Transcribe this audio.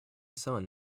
sun